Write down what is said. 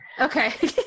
Okay